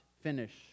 finish